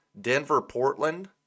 Denver-Portland